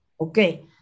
Okay